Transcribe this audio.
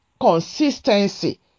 Consistency